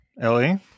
Ellie